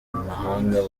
mahanga